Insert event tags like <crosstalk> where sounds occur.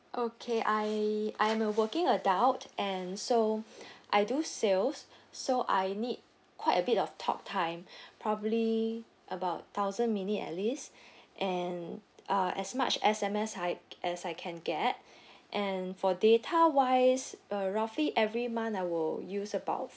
okay I I'm a working adult and so <breath> I do sales <breath> so I need quite a bit of talk time <breath> probably about thousand minutes at least <breath> and uh as much S_M_S I as I can get <breath> and for data wise uh roughly every month I will use about